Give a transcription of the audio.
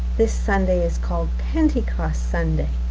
this sunday is called pentecost sunday.